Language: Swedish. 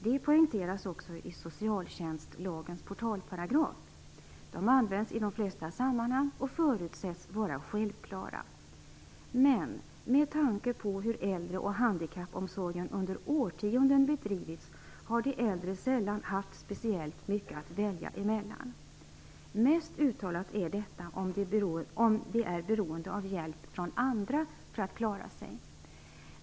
De poängteras också i Socialtjänstlagens portalparagraf. De används i de flesta sammanhang och förutsätts vara självklara. Men med tanke på hur äldre och handikappomsorgen under årtionden bedrivits har de äldre sällan haft speciellt mycket att välja emellan. Mest uttalat är detta om de är beroende av hjälp från andra för att kunna klara sig.